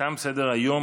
תם סדר-היום.